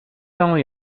only